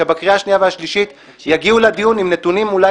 שבקריאה השנייה והשלישית יגיעו לדיון עם נתונים אולי